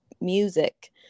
music